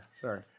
Sorry